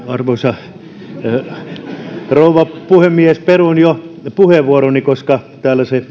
arvoisa rouva puhemies peruin jo puheenvuoroni koska se